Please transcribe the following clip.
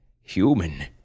Human